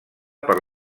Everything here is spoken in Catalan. per